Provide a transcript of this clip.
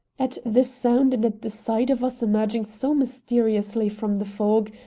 at the sound and at the sight of us emerging so mysteriously from the fog,